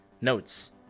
Notes